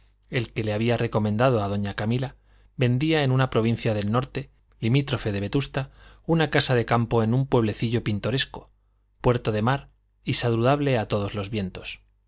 el que le había recomendado a doña camila vendía en una provincia del norte limítrofe de vetusta una casa de campo en un pueblecillo pintoresco puerto de mar y saludable a todos los vientos